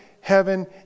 heaven